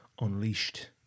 Unleashed